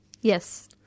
Yes